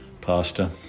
Pasta